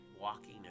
walking